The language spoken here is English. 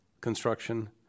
construction